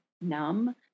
numb